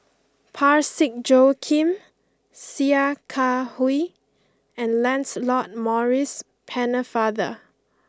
Parsick Joaquim Sia Kah Hui and Lancelot Maurice Pennefather